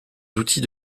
outils